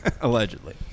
Allegedly